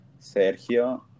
Sergio